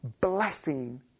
blessing